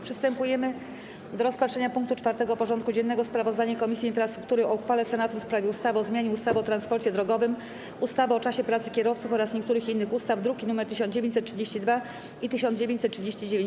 Przystępujemy do rozpatrzenia punktu 4. porządku dziennego: Sprawozdanie Komisji Infrastruktury o uchwale Senatu w sprawie ustawy o zmianie ustawy o transporcie drogowym, ustawy o czasie pracy kierowców oraz niektórych innych ustaw (druki nr 1932 i 1939)